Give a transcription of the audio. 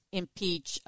impeach